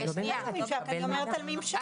אני מדברת על ממשק.